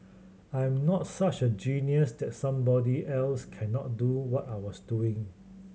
I'm not such a genius that somebody else cannot do what I was doing